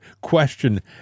question